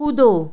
कूदो